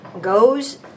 goes